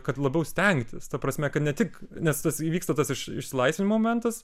kad labiau stengtis ta prasme kad ne tik nes tas įvyksta tas iš išsilaisvinimo momentas